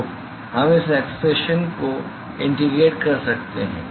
तो हम इस एक्सप्रेशन को इंटीग्रेट कर सकते हैं